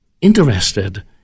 interested